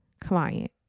client